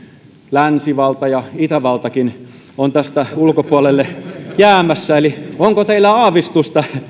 länsivalta ja itävaltakin on tästä ulkopuolelle jäämässä onko teillä aavistusta